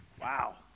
Wow